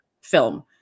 film